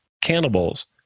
cannibals